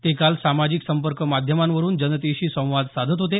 ते काल सामाजिक संपर्क माध्यमावरुन जनतेशी संवाद साधत होते